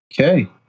Okay